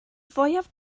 fwyaf